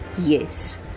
Yes